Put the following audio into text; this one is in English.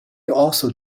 also